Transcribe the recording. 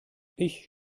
ich